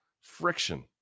Friction